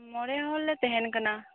ᱢᱚᱬᱮ ᱦᱚᱲ ᱞᱮ ᱛᱟᱦᱮᱱ ᱠᱟᱱᱟ